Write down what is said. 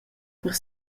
per